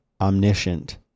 omniscient